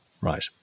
Right